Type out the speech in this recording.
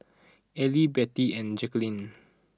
Ally Bettie and Jacquelin